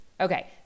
okay